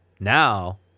now